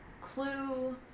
Clue